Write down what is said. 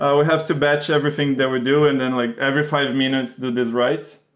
ah we have to batch everything that we're doing, and like every five minutes do this write.